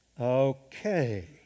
Okay